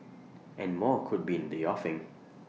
and more could be in the offing